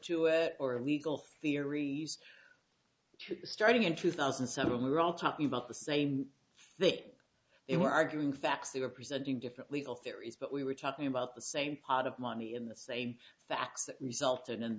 to it or a legal theories starting in two thousand and seven we're all talking about the same thing they were arguing facts they were presenting different legal theories but we were talking about the same pot of money in the same facts that resulted in